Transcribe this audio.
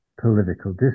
political